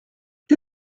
que